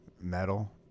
Metal